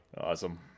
Awesome